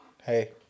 Hey